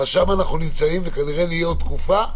אבל שם אנחנו נמצאים וכנראה נהיה עוד תקופה,